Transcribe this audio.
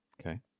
okay